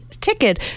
ticket